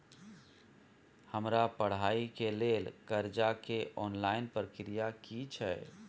हमरा पढ़ाई के लेल कर्जा के ऑनलाइन प्रक्रिया की छै?